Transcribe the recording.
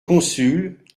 consuls